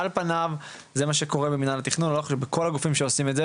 על פניו זה מה שקורה עם מינהל התכנון בכל הגופים שעושים את זה,